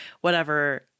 whatever-